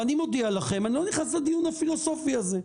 ואני מודיע לכם, אני לא נכנס לדיון הפילוסופי הזה,